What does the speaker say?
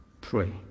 Pray